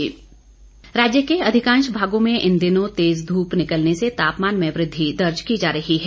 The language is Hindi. मौसम राज्य के अधिकांश भागों में इन दिनों तेज ध्रप निकलने से तापमान में वृद्धि दर्ज की जा रही है